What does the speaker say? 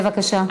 בבקשה.